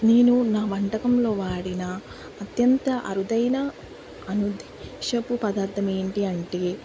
నేను నా వంటకంలో వాడిన అత్యంత అరుదైన అనుదీక్షపు పదార్ధం ఏంటి అంటే